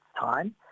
time